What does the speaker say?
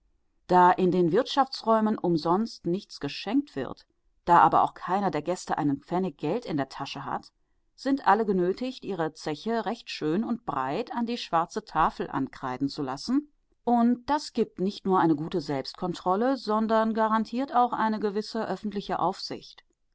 da in den wirtschaftsräumen umsonst nichts geschenkt wird da aber auch keiner der gäste einen pfennig geld in der tasche hat sind alle genötigt ihre zeche recht schön und breit an die schwarze tafel ankreiden zu lassen und das gibt nicht nur eine gute selbstkontrolle sondern garantiert auch eine gewisse öffentliche aufsicht